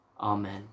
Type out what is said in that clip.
Amen